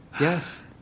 yes